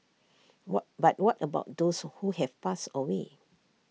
what but what about those who have passed away